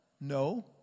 No